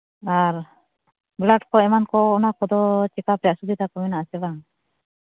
ᱟᱨ ᱢᱚᱞᱟᱴ ᱮᱢᱟᱱ ᱠᱚ ᱱᱚᱣᱟ ᱠᱚᱫᱚ ᱪᱤᱠᱟᱛᱮ ᱚᱥᱩᱵᱤᱫᱷᱟ ᱠᱚ ᱢᱮᱱᱟᱜ ᱟᱥᱮ ᱵᱟᱝ